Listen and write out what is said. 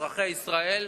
אזרחי ישראל.